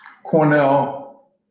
Cornell